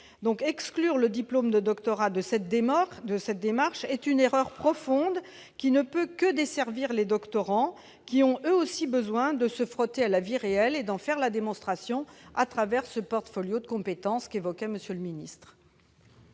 exclure le diplôme de doctorat de cette démarche est une erreur profonde, qui ne peut que desservir les doctorants, qui ont eux aussi besoin de se frotter à la vie réelle et d'en faire la démonstration au travers du portfolio de compétences évoqué par M. le ministre.